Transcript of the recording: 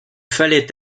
fallait